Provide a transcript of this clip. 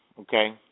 okay